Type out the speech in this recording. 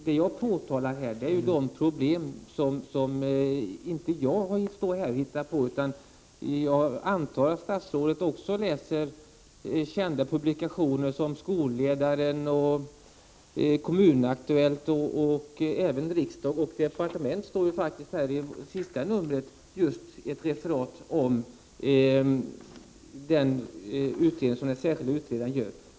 Det jag påtalar här är inte problem som jag står och hittar på. Jag antar att statsrådet också läser kända publikationer som Skolledaren, Kommunaktuellt och även Riksdag & Departement. I sista numret nämns den utredning som den särskilde utredaren gjort.